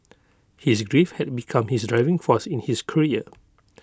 his grief had become his driving force in his career